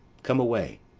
come away.